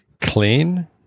Clean